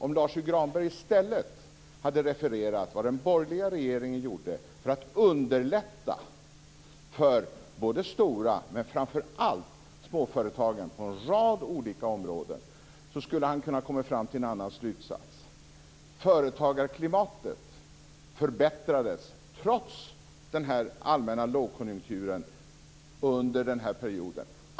Om Lars U Granberg i stället hade refererat vad den borgerliga regeringen gjorde för att underlätta för de stora men framför allt för de små företagen på en rad olika områden, skulle han ha kunnat komma fram till en annan slutsats. Företagarklimatet förbättrades under denna period, trots den allmänna lågkonjunkturen.